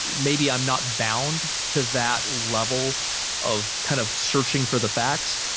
maybe i'm not bound to that level of kind of searching for the facts.